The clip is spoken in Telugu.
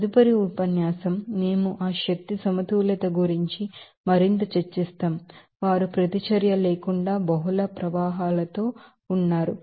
తదుపరి ఉపన్యాసం మేము ఆ ఎనర్జీ బాలన్స్ గురించి మరింత చర్చిస్తాం వారు ప్రతిచర్య లేకుండా బహుళ ప్రవాహాలతో ఉన్నారు